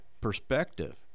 perspective